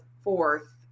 fourth